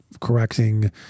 Correcting